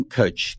coach